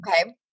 Okay